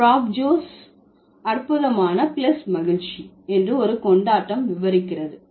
frabjous அற்புதமான plus மகிழ்ச்சி என்று ஒரு கொண்டாட்டம் விவரிக்கிறது